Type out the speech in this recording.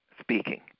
speaking